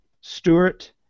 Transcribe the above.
Stewart